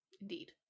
Indeed